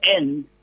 end